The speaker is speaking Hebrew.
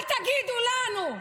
תצאו בבקשה.